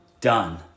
done